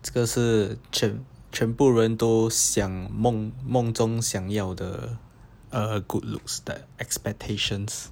这个是全全部人都想梦梦中想要的 good looks that expectations